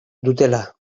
dutela